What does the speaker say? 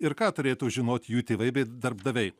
ir ką turėtų žinoti jų tėvai bei darbdaviai